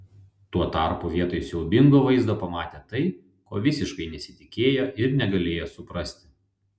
tuo tarpu vietoj siaubingo vaizdo pamatė tai ko visiškai nesitikėjo ir negalėjo suprasti